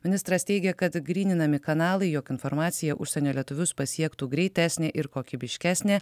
ministras teigė kad gryninami kanalai jog informacija užsienio lietuvius pasiektų greitesnė ir kokybiškesnė